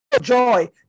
Joy